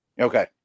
Okay